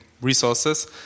resources